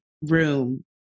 room